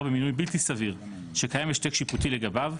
במינוי בלתי סביר שקיים השתק שיפוטי לגביו,